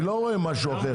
אני לא רואה משהו אחר.